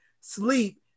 sleep